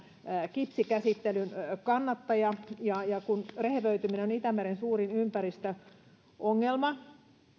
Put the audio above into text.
kipsikäsittelyn kannattaja kun rehevöityminen on itämeren suurin ympäristöongelma